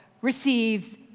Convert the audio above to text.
receives